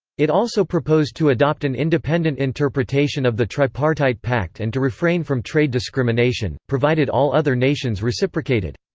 it also proposed to adopt an independent interpretation of the tripartite pact and to refrain from trade discrimination, provided all other nations reciprocated.